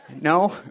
No